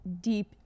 deep